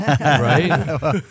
Right